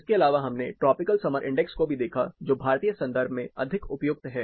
इसके अलावा हमने ट्रॉपिकल समर इंडेक्स को भी देखा जो भारतीय संदर्भ में अधिक उपयुक्त है